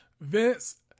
Vince